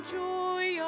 joy